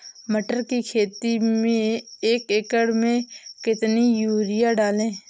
मटर की खेती में एक एकड़ में कितनी यूरिया डालें?